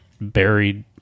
buried